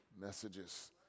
messages